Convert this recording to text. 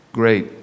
great